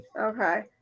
okay